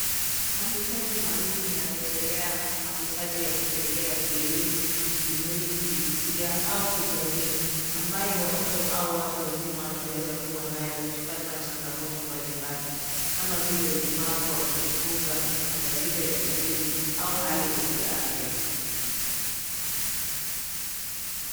Mahitaji maalum inarejelea mahitaji ya kipekee kielimu, kimwili, kihisia, au kijamii ambayo watoto au watu wazima wanaweza kuwa nayo kutokana na changamoto mbalimbali, kama vile ulemavu wa kujifunza, matatizo ya kimwili, au hali za kiafya.